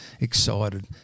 excited